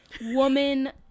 woman